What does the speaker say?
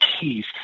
keys